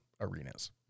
arenas